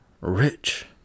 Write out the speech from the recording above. Rich